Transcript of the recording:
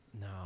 No